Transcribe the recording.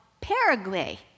Paraguay